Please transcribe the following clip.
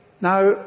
Now